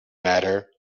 matter